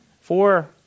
four